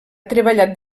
treballat